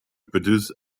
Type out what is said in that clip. produce